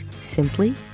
simply